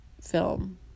film